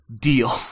deal